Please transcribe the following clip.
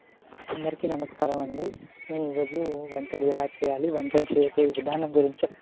అందరికి నమస్కారం అండి నేను ఈరోజు వంటలు ఎలా చేయాలి వంటలు చేయబోయే విధానం గురించి చెప్తాను